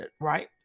right